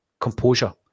composure